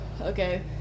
okay